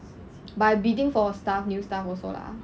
by bidding for stuff new stuff also lah